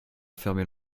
fermer